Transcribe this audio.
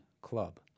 Club